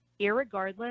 irregardless